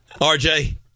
RJ